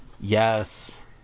Yes